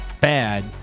bad